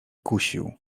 kusił